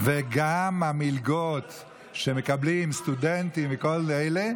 וגם המלגות שמקבלים סטודנטים וכל אלה,